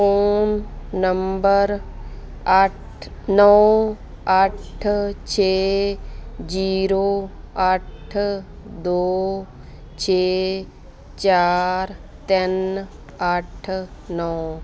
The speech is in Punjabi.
ਫ਼ੋਨ ਨੰਬਰ ਅੱਠ ਨੌ ਅੱਠ ਛੇ ਜ਼ੀਰੋ ਅੱਠ ਦੋ ਛੇ ਚਾਰ ਤਿੰਨ ਅੱਠ ਨੌ